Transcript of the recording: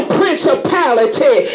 principality